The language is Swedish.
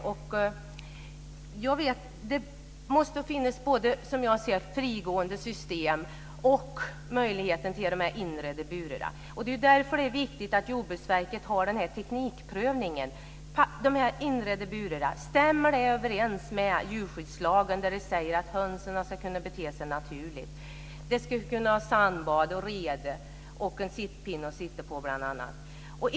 Som jag ser det måste det finnas både frigående system och inredda burar. Det är därför det är viktigt att Jordbruksverket har den här teknikprövningen där man tittar på om de inredda burarna stämmer överens med djurskyddslagen som säger att hönsen ska kunna bete sig naturligt. De ska bl.a. ha sandbad, rede och en sittpinne att sitta på.